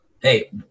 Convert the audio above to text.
hey